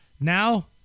Now